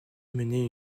mené